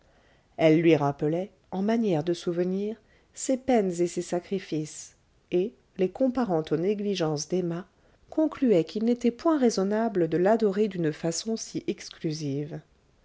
elle lui rappelait en manière de souvenirs ses peines et ses sacrifices et les comparant aux négligences d'emma concluait qu'il n'était point raisonnable de l'adorer d'une façon si exclusive